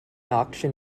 auction